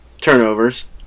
turnovers